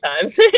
times